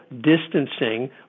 distancing